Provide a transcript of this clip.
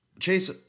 Chase